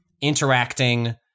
interacting